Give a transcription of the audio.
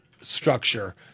structure